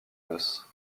noce